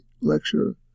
lecture